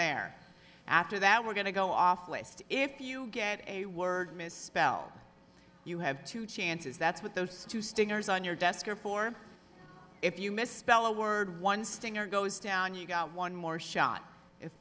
there after that we're going to go off list if you get a word mis spell you have two chances that's what those two stingers on your desk are for if you misspell a word one stinger goes down you got one more shot i